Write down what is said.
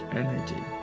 energy